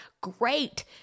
great